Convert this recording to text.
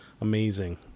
amazing